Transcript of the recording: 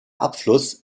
abfluss